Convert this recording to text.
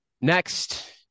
next